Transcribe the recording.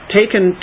taken